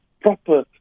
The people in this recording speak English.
proper